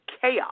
chaos